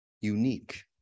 unique